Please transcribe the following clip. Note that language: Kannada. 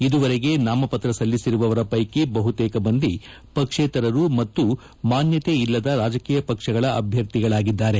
ಇದುವರೆಗೆ ನಾಮಪತ್ರ ಸಲ್ಲಿಸಿರುವವರ ಪೈಕಿ ಬಹುತೇಕ ಮಂದಿ ಪಕ್ಷೇತರರು ಮತ್ತು ಮಾನ್ಯತೆ ಇಲ್ಲದ ರಾಜಕೀಯ ಪಕ್ಷಗಳ ಅಭ್ಯರ್ಥಿಗಳಾಗಿದ್ದಾರೆ